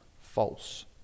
false